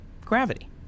gravity